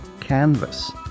Canvas